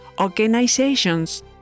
Organizations